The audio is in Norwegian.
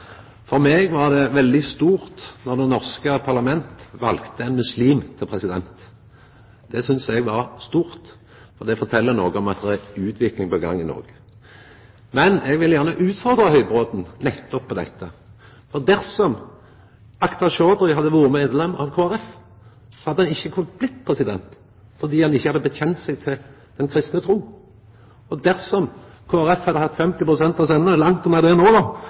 For meg var det veldig stort då det norske parlamentet valde ein muslim til president. Det synest eg var stort, og det fortel noko om at det er utvikling på gang i Noreg. Men eg vil gjerne utfordra Høybråten nettopp på dette. Dersom Akhtar Chaudhry hadde vore medlem av Kristeleg Folkeparti, hadde han ikkje kunna bli president, fordi han ikkje hadde bekjent seg til den kristne trua. Og dersom Kristeleg Folkeparti hadde hatt 50 pst. av stemmene – dei er langt unna det no – hadde det